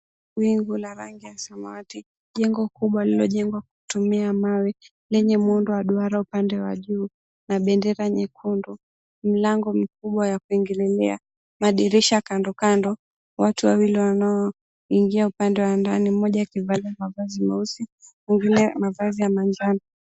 Wingu la rangi ya samawati, jengo kubwa lililojengwa kutumia mawe lenye muundo wa duara upande wa juu, na bendera nyekundu. Milango mikubwa ya kuingililia, madirisha kando kando. Watu wawili wanaoingia upande wa ndani, mmoja akivalia mavazi meusi, mwengine mavazi ya manjano.